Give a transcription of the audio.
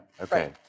okay